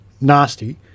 nasty